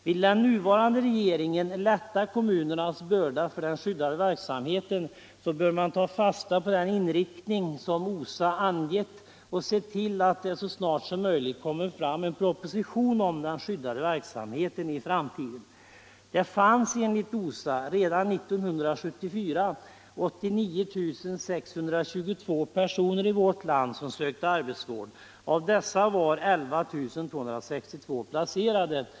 Vill den nuvarande regeringen lätta kommunernas börda för den skyddade verksamheten, så bör man ta fasta på den inriktning som OSA angett och se till att det så snart som möjligt kommer fram en proposition om den skyddade verksamheten i framtiden. Redan 1974 fanns det enligt OSA 89622 personer i vårt land som sökte arbetsvård. Av dessa var 11 262 placerade i arbete.